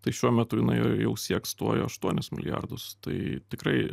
tai šiuo metu jinai jau sieks tuoj aštuonis milijardus tai tikrai